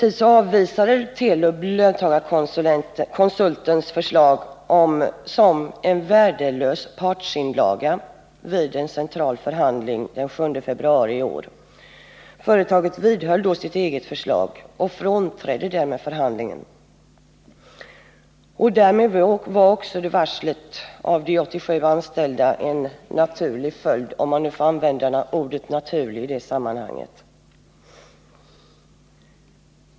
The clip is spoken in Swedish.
Telub avvisade emellertid vid en central förhandling den 7 februari 1980 löntagarkonsultens förslag som värdelös partsinlaga. Företaget vidhöll sitt eget förslag och frånträdde därmed förhandlingen. Därför blev också varslet av de 87 anställda en naturlig följd, om man nu får använda ordet naturlig i det sammanhanget.